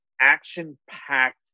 action-packed